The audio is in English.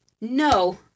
No